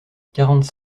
quarante